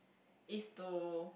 it's to